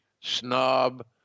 snob